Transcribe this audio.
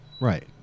right